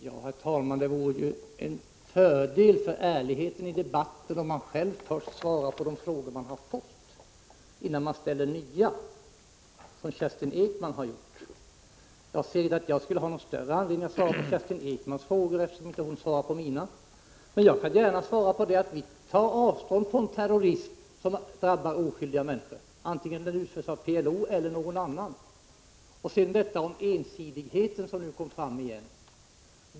Herr talman! Det vore en fördel för ärligheten i debatten om man själv svarar på de frågor man har fått innan man ställer nya. Jag har inte någon större anledning att svara på Kerstin Ekmans frågor när hon inte svarar på mina. Men jag skall göra det i alla fall. Vi tar avstånd från terrorism som drabbar oskyldiga människor antingen den utförs av PLO eller någon annan. Sedan detta om ensidigheten igen.